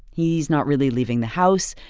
he's not really leaving the house.